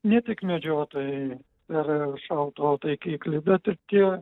ne tik medžiotojai per šautuvo taikiklį bet ir tie